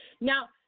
Now